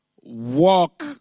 Walk